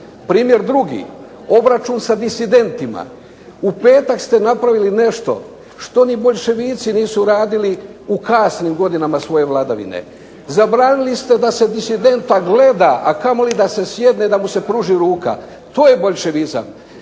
Primjer drugi, obračun sa disidentima. U petak ste napravili nešto što ni boljševici nisu radili u kasnim godinama svoje vladavine. Zabranili ste da se disidenta gleda, a kamoli da se sjedne i da mu se pruži ruka. To je boljševizam.